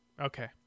Okay